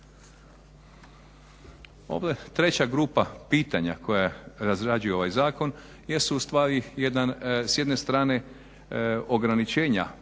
Ova treća grupa pitanja koja razrađuje ovaj zakon jesu ustavi s jedne strane ograničenja